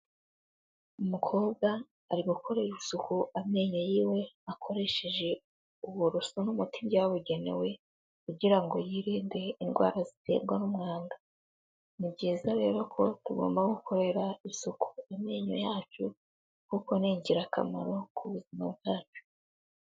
Umukobwa ari gukorera isuku amenyo y'iwe, akoresheje uburoso n'umuti byabugenewe, kugira ngo yirinde indwara ziterwa n'umwanda. Ni byiza rero ko tugomba gukorera isuku amenyo yacu, kuko ni ingirakamaro, ku buzima bwacu.